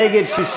נגד,